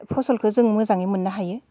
फसलखौ जों मोजाङै मोननो हायो